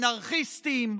אנרכיסטים,